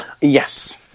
Yes